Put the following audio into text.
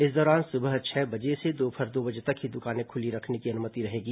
इस दौरान सुबह छह बजे से दोपहर दो बजे तक ही दुकानें खुली रखने की अनुमति रहेगी